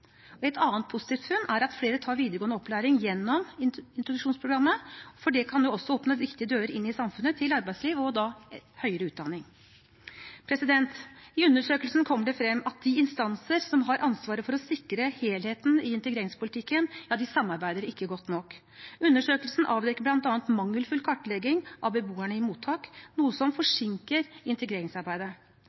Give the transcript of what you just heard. Et annet positivt funn er at flere tar videregående opplæring gjennom introduksjonsprogrammet. Det kan også åpne viktige dører inn i samfunnet til arbeidsliv og høyere utdanning. I undersøkelsen kommer det frem at de instanser som har ansvaret for å sikre helheten i integreringspolitikken, ikke samarbeider godt nok. Undersøkelsen avdekker bl.a. mangelfull kartlegging av beboerne i mottak, noe som forsinker integreringsarbeidet.